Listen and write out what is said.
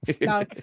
No